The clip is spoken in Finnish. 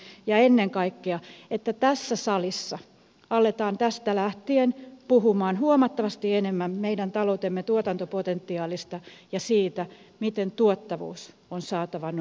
ennen kaikkea se vaatii sitä että tässä salissa aletaan tästä lähtien puhua huomattavasti enemmän meidän taloutemme tuotantopotentiaalista ja siitä miten tuottavuus on saatava nousuun